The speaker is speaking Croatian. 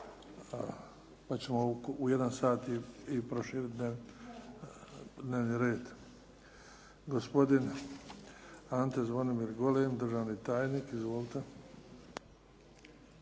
Pa ćemo u jedan sat i proširiti dnevni red. Gospodin Ante Zvonimir Golem, državni tajnik. Izvolite.